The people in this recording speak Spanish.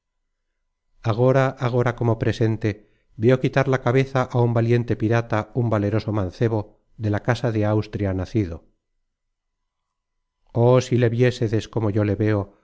agora agora como presente veo quitar la cabeza á un valiente pirata un valeroso mancebo de la casa de austria nacido oh si le viésedes como yo le veo